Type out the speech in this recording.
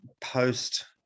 post